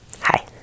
Hi